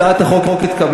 הצעת החוק התקבלה,